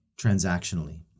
transactionally